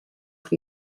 noch